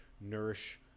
nourish